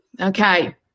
okay